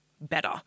better